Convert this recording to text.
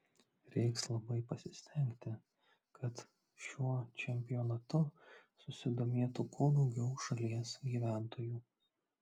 reiks labai pasistengti kad šiuo čempionatu susidomėtų kuo daugiau šalies gyventojų